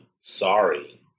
Sorry